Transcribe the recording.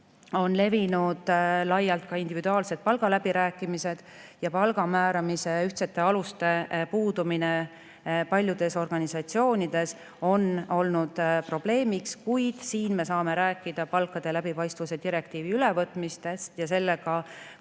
on laialt levinud ka individuaalsed palgaläbirääkimised. Palga määramise ühtsete aluste puudumine on paljudes organisatsioonides olnud probleemiks, kuid siin me saame rääkida palkade läbipaistvuse direktiivi ülevõtmisest ja sellega